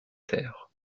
terre